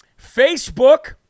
facebook